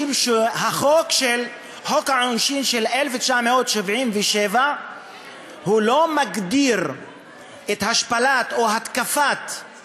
משום שחוק העונשין של 1977 לא מגדיר השפלה או התקפה של